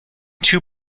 two